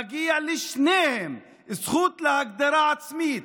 מגיעה לשניהם זכות להגדרה עצמית.